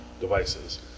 devices